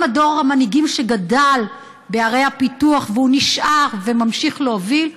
גם דור המנהיגים שגדל בערי הפיתוח ונשאר וממשיך להוביל,